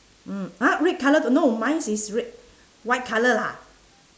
mm !huh! red colour no mine is red white colour lah